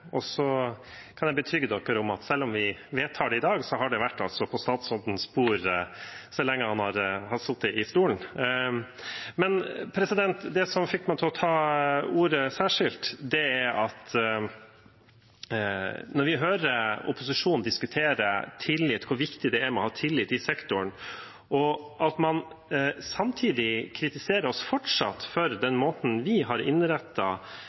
Så kan jeg betrygge med at selv om vi vedtar det i dag, har det vært på statsrådens bord så lenge han har sittet i stolen. Men det som fikk meg til å ta ordet særskilt, er dette: Vi hører opposisjonen diskutere tillit, hvor viktig det er å ha tillit i sektoren, og samtidig fortsatt kritisere oss for den måten vi har